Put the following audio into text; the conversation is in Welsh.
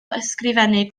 ysgrifennu